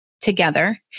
together